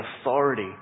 authority